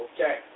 Okay